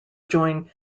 join